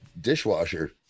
dishwasher